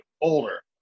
older